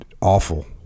awful